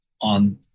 on